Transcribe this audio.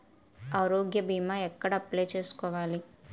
ఆరోగ్య భీమా ఎక్కడ అప్లయ్ చేసుకోవాలి?